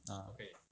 ah